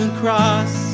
cross